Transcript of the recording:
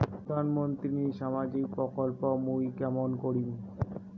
প্রধান মন্ত্রীর সামাজিক প্রকল্প মুই কেমন করিম?